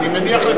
אני מניח,